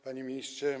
Panie Ministrze!